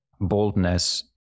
boldness